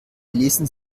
ließen